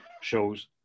shows